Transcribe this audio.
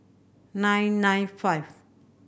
nine nine five